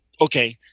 Okay